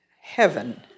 heaven